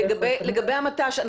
לגבי המט"ש,